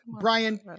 Brian